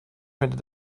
könnte